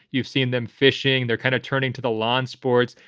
you've seen them fishing. they're kind of turning to the lawn sports.